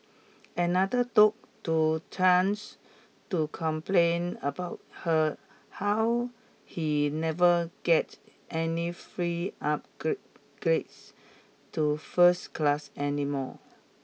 another took to chance to complain about her how he never gets any free grades to first class anymore